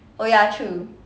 oh ya true